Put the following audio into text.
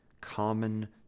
common